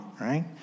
right